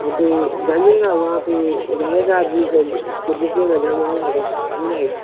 वह तो जाइएगा वहाँ पर रहेगा आदमी जब उसको दीजिएगा जमा होगा बस मिल जाएगा